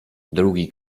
drugi